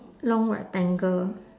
long rectangle